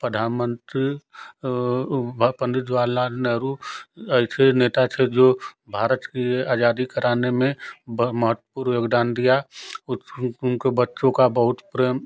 प्रधानमंत्री पंडित जवाहरलाल नेहरु ऐसे नेता थे जो भारत कि आज़ादी कराने में बहुत महत्वपूर्ण योगदान दिया उनको बच्चों का बहुत प्रेम